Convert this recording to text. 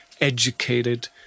educated